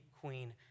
Queen